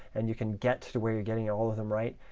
and you can get to where you're getting all of them right,